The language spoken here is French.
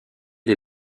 des